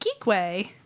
Geekway